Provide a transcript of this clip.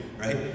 right